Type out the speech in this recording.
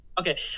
Okay